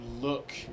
look